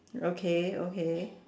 okay okay